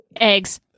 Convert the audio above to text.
Eggs